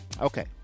Okay